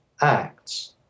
acts